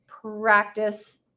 practice